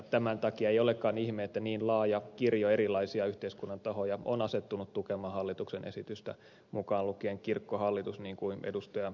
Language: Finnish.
tämän takia ei olekaan ihme että niin laaja kirjo erilaisia yhteiskunnan tahoja on asettunut tukemaan hallituksen esitystä mukaan lukien kirkkohallitus niin kuin ed